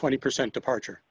twenty percent departure